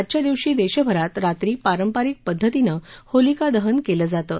आजच्या दिवशी दक्षिरात रात्री पारंपारिक पद्धतीनं होलिका दहन कलि जातं